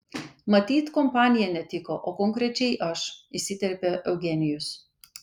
matyt kompanija netiko o konkrečiai aš įsiterpė eugenijus